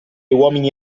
uomini